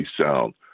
sound